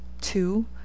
two